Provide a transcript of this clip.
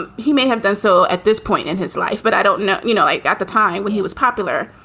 and he may have done so at this point in his life, but i don't know, you know, at the time when he was popular.